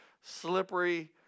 slippery